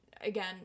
again